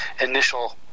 initial